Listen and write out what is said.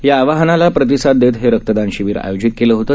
याआवाहनालाप्रतिसाददेतहेरक्तदानशिबिरआयोजितकेलंहोतं